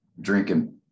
drinking